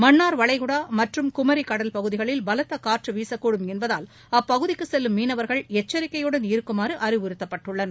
மன்னா்வளைகுடா மற்றும் குமரி கடல் பகுதிகளில் பலத்த காற்று வீசக்கூடும் என்பதால் அப்பகுதிக்கு செல்லும் மீனவா்கள் எச்சிக்கையுடன் இருக்குமாறு அறிவுறுத்தப்பட்டுள்ளனர்